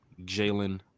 Jalen